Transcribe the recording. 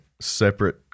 separate